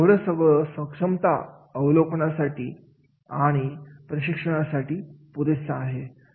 तर एवढं सगळं सक्षमता अवलोकन यासाठी आणि प्रशिक्षणासाठी पुरेसं आहे